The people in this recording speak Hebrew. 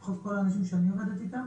לפחות כל האנשים שאני עובדת איתם,